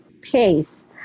pace